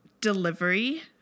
delivery